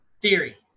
theory